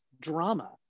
drama